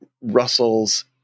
Russell's